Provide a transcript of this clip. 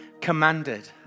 commanded